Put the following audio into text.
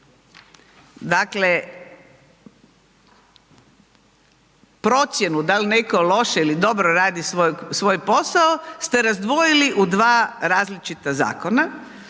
Dakle, procjenu da li netko loše ili dobro radi svoj posao ste razdvojili u dva različita zakona